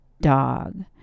dog